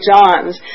John's